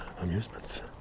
amusements